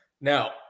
Now